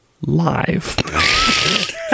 live